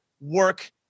work